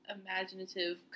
imaginative